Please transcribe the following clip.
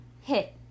Hit